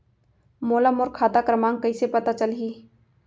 मोला मोर खाता क्रमाँक कइसे पता चलही?